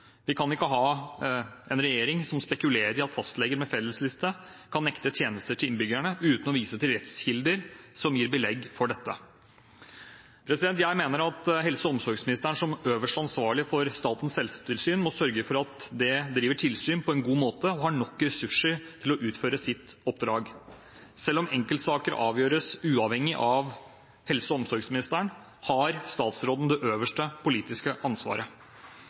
Vi kan ikke ha en regjering som spekulerer i at fastleger med fellesliste kan nekte tjenester til innbyggerne uten å vise til rettskilder som gir belegg for dette. Jeg mener at helse- og omsorgsministeren som øverste ansvarlig for Statens helsetilsyn må sørge for at det driver tilsyn på en god måte og har nok ressurser til å utføre sitt oppdrag. Selv om enkeltsaker avgjøres uavhengig av helse- og omsorgsministeren, har statsråden det øverste politiske ansvaret.